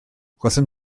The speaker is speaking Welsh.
gwelsom